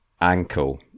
ankle